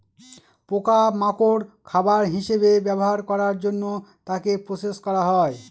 পোকা মাকড় খাবার হিসেবে ব্যবহার করার জন্য তাকে প্রসেস করা হয়